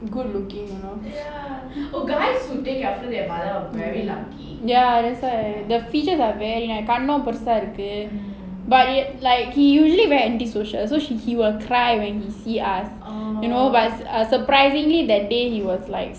good looking and all ya that's why the features are very nice கன்னம் பெருசா இருக்கு:kannam perusa irukku but like he usually very anti-social so she he will cry when he see us you know but surprisingly that day he was like